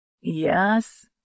Yes